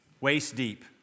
waist-deep